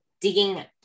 digging